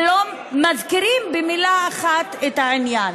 ולא מזכירים במילה אחת את העניין?